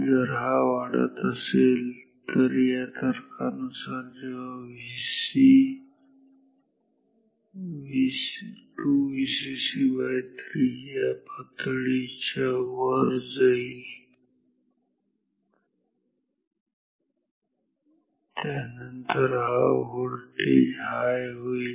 जर हा वाढत असेल तर या तर्कानुसार जेव्हा Vc या पातळीच्या 2Vcc3 पातळीच्या वर जाईल त्यानंतर हा व्होल्टेज हाय होईल